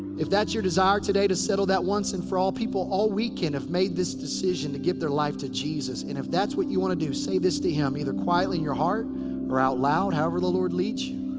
if that's your desire today to settle that once and for all. people all weekend have made this decision to give their life to jesus. and if that's what you want to do, say this to him. either quietly in your heart or out loud. however the lord leads you.